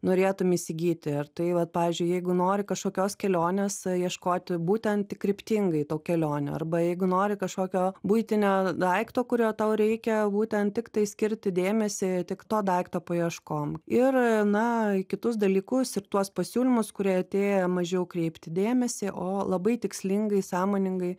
norėtum įsigyti ar tai vat pavyzdžiui jeigu nori kažkokios kelionės ieškoti būtent tik kryptingai tau kelionių arba jeigu nori kažkokio buitinio daikto kurio tau reikia būtent tiktai skirti dėmesį tik to daikto paieškom ir na į kitus dalykus ir tuos pasiūlymus kurie atėję mažiau kreipti dėmesį o labai tikslingai sąmoningai